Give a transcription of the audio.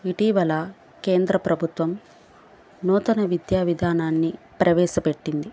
ఇటీవల కేంద్ర ప్రభుత్వం నూతన విద్యా విధానాన్ని ప్రవేశపెట్టింది